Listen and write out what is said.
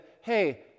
hey